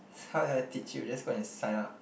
how do I teach you you just go and sign up